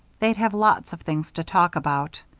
they'd have lots of things to talk about.